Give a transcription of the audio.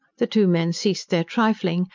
the two men ceased their trifling,